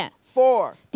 Four